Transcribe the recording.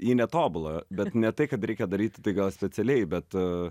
į netobulą bet ne tai kad reikia daryti tai gal specialiai bet